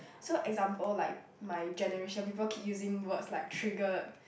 so example like my generation people keep using words like triggered